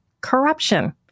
corruption